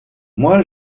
moi